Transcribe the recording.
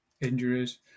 injuries